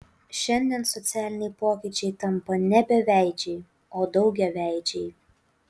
šiandien socialiniai pokyčiai tampa ne beveidžiai o daugiaveidžiai